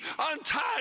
untied